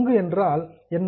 பங்கு என்றால் என்ன